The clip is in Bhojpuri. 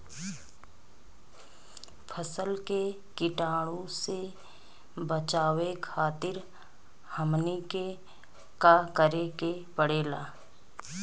फसल के कीटाणु से बचावे खातिर हमनी के का करे के पड़ेला?